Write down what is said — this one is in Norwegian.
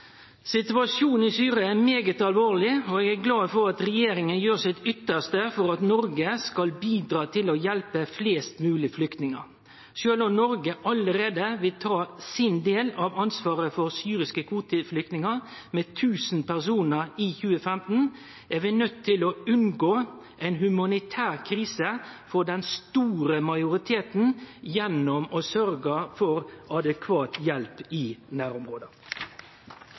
Situasjonen i Syria er veldig alvorleg, og eg er glad for at regjeringa gjer sit ytste for at Noreg skal bidra til å hjelpe flest mogleg flyktningar. Sjølv om Noreg allereie vil ta sin del av ansvaret for syriske kvoteflyktningar, med 1 000 personar i 2015, er vi nøydde til å unngå ei humanitær krise for den store majoriteten gjennom å sørgje for adekvat hjelp i